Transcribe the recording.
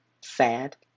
sad